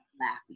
laughing